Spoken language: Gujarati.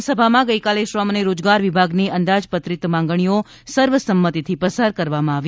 વિધાનસભામાં ગઇકાલે શ્રમ અને રોજગાર વિભાગની અંદાજપત્રિત માંગણીઓ સર્વ સંમતિથી પસાર કરવામાં આવી